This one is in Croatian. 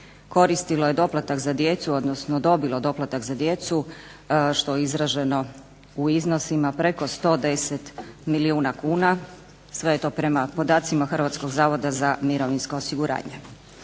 koristilo je doplatak za djecu, odnosno dobilo doplatak za djecu što je izraženo u iznosima preko 110 milijuna kuna, sve je to prema podacima Hrvatskog zavoda za mirovinsko osiguranje.